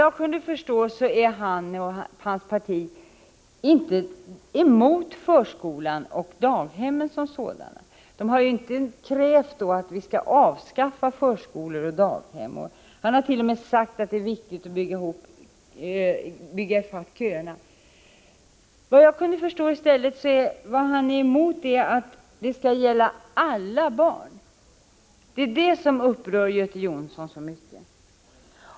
Såvitt jag förstår är han och hans parti inte emot förskola och daghem som sådana. De har inte krävt att vi skall avskaffa förskolor och daghem. Göte Jonsson har t.o.m. sagt att det är viktigt att man bygger i fatt köerna. Om jag har förstått honom rätt så är han emot att detta skall gälla alla barn. Det är detta som upprör Göte Jonsson så mycket.